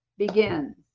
begin